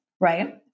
right